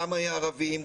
גם הערבים,